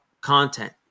content